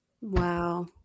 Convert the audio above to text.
Wow